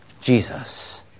Jesus